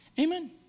Amen